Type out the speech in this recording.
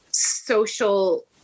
social